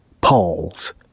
Paul's